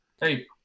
Hey